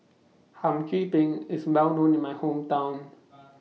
Hum Chim Peng IS Well known in My Hometown